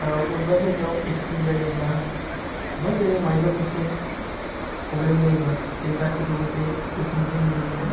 अबेबा जायगायाव इकस्टेन जायोब्ला अब्बा जायगायाव मायबा मोनसे प्रब्लेम जायोबा जों गासिखौबो बे इउटुबनिफ्राइनो नुनो मोनो